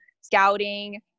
scouting